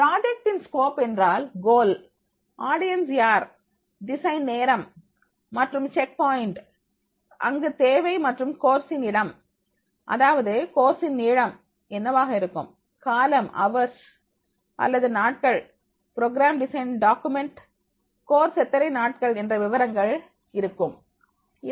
project இன் scope என்றால் goal audience யார் டிசைன் நேரம் மற்றும் செக் பாயின்ட் இங்கு தேவை மற்றும் கோர்ஸ் இன் இடம் அதாவது கோர்ஸ் இன் நீளம் என்னவாக இருக்கும் காலம் அவர்ஸ் அல்லது நாட்கள் ப்ரோக்ராம் டிசைன் டாகுமெண்ட்டில் கோர்ஸ் எத்தனை நாட்கள் என்ற விவரங்கள் இருக்க வேண்டும்